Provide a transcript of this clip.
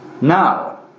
Now